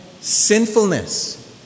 sinfulness